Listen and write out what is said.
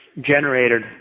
generated